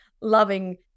loving